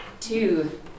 Two